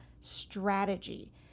strategy